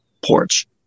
porch